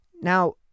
Now